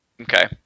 Okay